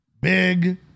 big